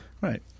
Right